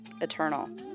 eternal